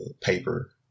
paper